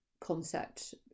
concept